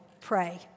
pray